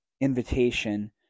invitation